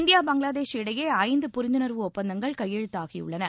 India Bangladesh இடையே ஐந்து புரிந்துணர்வு ஒப்பந்தங்கள் கையெழுத்தாகியுள்ளன